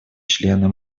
члены